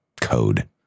code